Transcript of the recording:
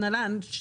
נל"ן,